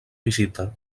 visita